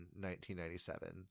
1997